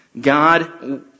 God